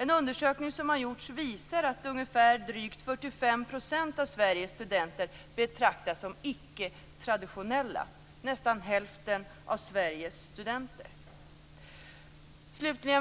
En undersökning som har gjorts visar att drygt 45 % av Sveriges studenter betraktas som icketraditionella. Det är nästan hälften av Sveriges studenter.